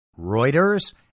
Reuters